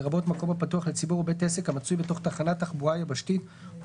לרבות מקום הפתוח לציבור או בית עסק המצוי בתוך תחנת תחבורה יבשתית או